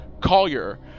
Collier